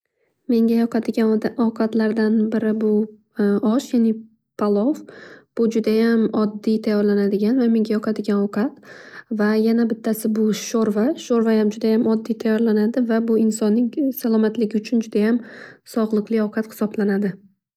Menga yoqadigan ovqatlardan biri bu osh ya'ni palov bu judayam oddiy tayorlanadigan va menga yoqadigan ovqat. Va yana bittasi bu sho'rva, sho'rvayam judayam oddiy tayorlanadi va bu insonnning salomatligi uchun judayam sog'liqli ovqat hisoblanadi.